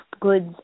goods